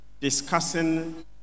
discussing